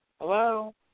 Hello